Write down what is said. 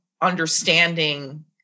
understanding